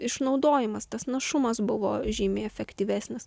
išnaudojimas tas našumas buvo žymiai efektyvesnis